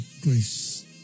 grace